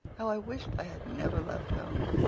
how i wished i had never left home!